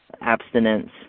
abstinence